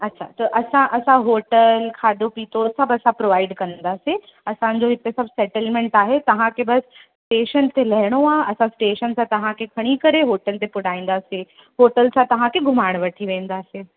अच्छा त असां असां होटल खाधो पीतो सभु असां प्रोवाइड कंदासीं असांजो हिते सभु सेटेलमेंट आहे तव्हांखे बसि स्टेशन ते लहिणो आहे असां स्टेशन सां तव्हांखे खणी करे होटल ते पुॼाईंदासीं होटल सां तव्हांखे घुमाइणु वठी वेंदासीं